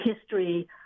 history